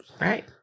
Right